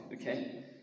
okay